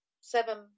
seven